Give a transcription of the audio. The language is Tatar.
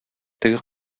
теге